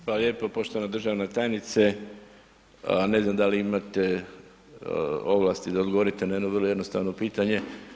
Hvala lijepo, poštovana državna tajnice ne znam da li imate ovlasti da odgovorite na jedno vrlo jednostavno pitanje.